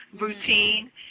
routine